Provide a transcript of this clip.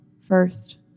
first